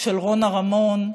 של רונה רמון,